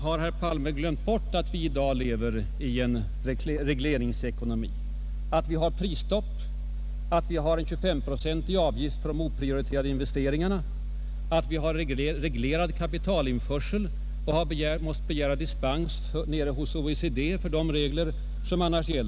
Har herr Palme glömt bort att vi i dag lever i ett samhälle med regleringsekonomi, att vi har prisstopp, en 25-procentig avgift på oprioriterade investeringar, att vi har reglerad kapitalinförsel och måst begära dispens hos OECD från de regler som annars gäller?